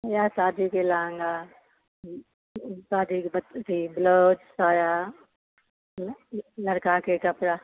इएह शादी के लहंगा शादी के अथि ब्लाउज साया लड़का के कपड़ा